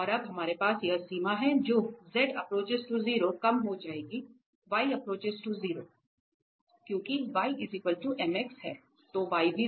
और अब हमारे पास यह सीमा है जो कम हो जाएगी क्योंकि y mx हैं